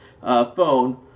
phone